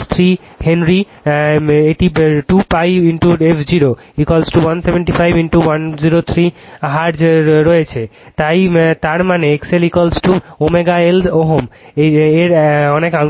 শক্তি 3 এটি henry 2π f0175 103 হার্টজে রয়েছে তাই এর মানে XLLω Ω এর অনেকাংশ